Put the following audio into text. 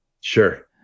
Sure